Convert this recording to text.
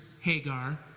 Hagar